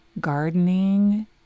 gardening